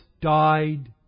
died